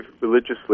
religiously